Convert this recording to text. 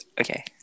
okay